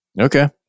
okay